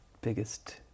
biggest